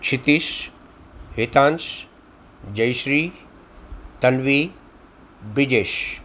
Kshitish Hetansh Jayashree Tanvi Brijesh